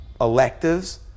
electives